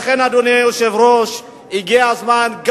לכן, אדוני היושב-ראש, הגיע הזמן.